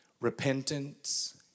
repentance